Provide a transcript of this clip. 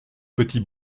petits